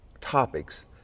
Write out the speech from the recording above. topics